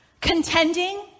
Contending